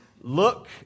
Look